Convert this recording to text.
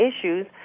issues